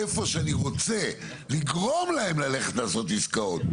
איפה שאני רוצה לגרום להם ללכת לעשות עסקאות,